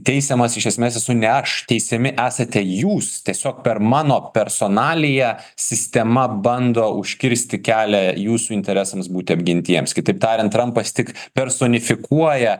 teisiamas iš esmės esu ne aš teisiami esate jūs tiesiog per mano personaliją sistema bando užkirsti kelią jūsų interesams būti apgintiems kitaip tariant trampas tik personifikuoja